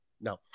No